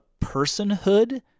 personhood